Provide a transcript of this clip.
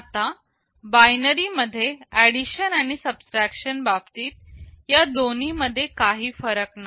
आता बायनरी मध्ये ऍडिशन आणि सबट्रॅकशन बाबतीत या दोन्हीमध्ये काही फरक नाही